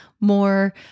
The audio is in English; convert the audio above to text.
more